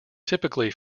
typically